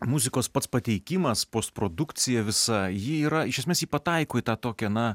muzikos pats pateikimas post produkcija visa ji yra iš esmės ji pataiko į tą tokią na